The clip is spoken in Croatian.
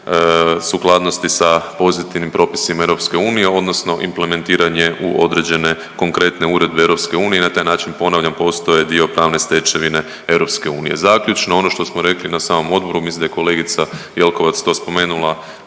sukladnosti sa pozitivnim propisima EU odnosno implementiranje u određene konkretne uredbe EU i na taj način ponavljam postao je dio pravne stečevine EU. Zaključno ono što smo rekli na samom odboru, mislim da je kolegica Jelkovac to spomenula